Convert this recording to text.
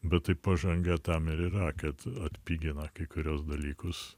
bet tai pažangia tam ir yra kad atpigina kai kuriuos dalykus